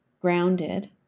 grounded